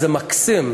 זה מקסים: